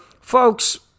folks